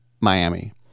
miami